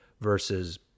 versus